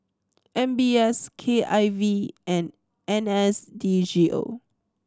M B S K I V and N S D G O